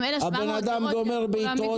-- לכן אם 1,700 דירות יעברו -- רגע.